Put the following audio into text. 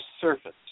surface